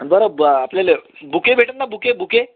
बरं बा आपल्याला बुके भेटेल ना बुके बुके